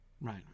right